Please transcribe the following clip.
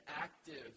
active